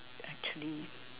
actually